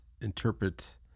interpret